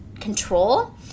control